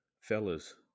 fellas